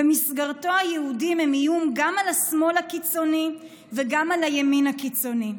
שבמסגרתו היהודים הם איום גם על השמאל הקיצוני וגם על הימין הקיצוני,